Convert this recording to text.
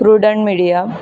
prudent media